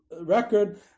record